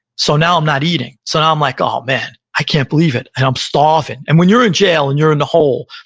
so now i'm not eating. so now i'm like, ah oh man, i can't believe it, and i'm starving. and when you're in jail and you're in the hole,